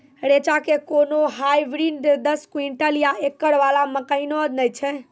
रेचा के कोनो हाइब्रिड दस क्विंटल या एकरऽ वाला कहिने नैय छै?